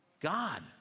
God